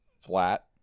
flat